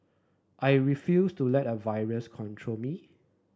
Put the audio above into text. I refused to let a virus control me